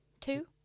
two